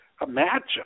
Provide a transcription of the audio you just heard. imagine